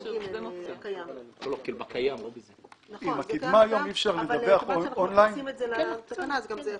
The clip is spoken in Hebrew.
זה קיים אבל מכיוון שאנחנו מכניסים את זה לתקנה אז גם זה יחול.